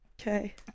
Okay